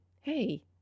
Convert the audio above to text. hey